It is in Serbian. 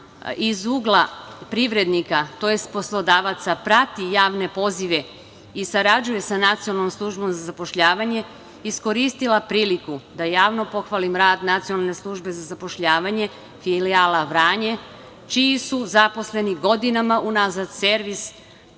iz ugla privrednika, tj. poslodavaca prati javne pozive i sarađuje sa NSZ, ja bih iskoristila priliku da javno pohvalim rad NSZ filijala Vranje, čiji su zaposleni godinama unazad servis